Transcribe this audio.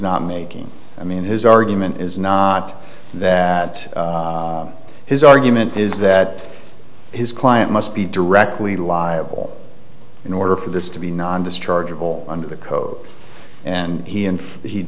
not making i mean his argument is not that his argument is that his client must be directly liable in order for this to be non dischargeable under the code and he